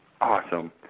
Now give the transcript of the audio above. Awesome